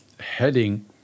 Heading